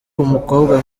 umukobwa